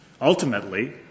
Ultimately